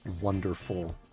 wonderful